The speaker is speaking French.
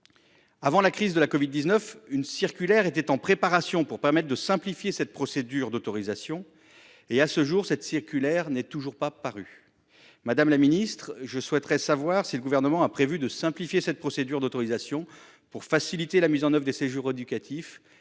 Avant la crise de la covid-19, une circulaire était en préparation pour simplifier cette procédure d'autorisation. À ce jour, elle n'est toujours pas parue. Madame la secrétaire d'État, le Gouvernement a-t-il prévu de simplifier cette procédure d'autorisation pour faciliter la mise en oeuvre des séjours éducatifs